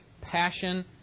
passion